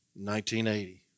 1980